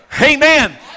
Amen